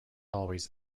always